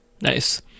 nice